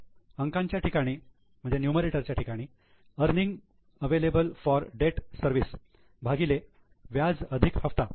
तर अंकाच्या ठिकाणी earning available for debt service भागिले व्याज अधिक हप्ता